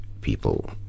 people